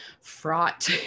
fraught